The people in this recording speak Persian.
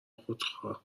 خودخواه